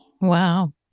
Wow